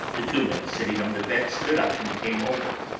the two men sitting on the bed stood up and came over,